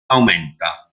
aumenta